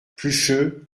plucheux